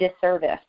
disservice